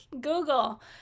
Google